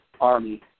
Army